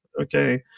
okay